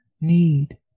need